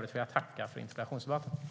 vill tacka för interpellationsdebatten.